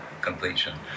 completion